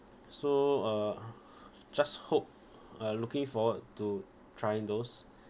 so uh just hope uh looking forward to trying those